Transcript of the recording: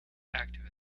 active